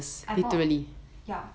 I bought ya